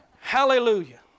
Hallelujah